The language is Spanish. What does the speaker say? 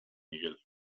miguel